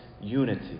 unity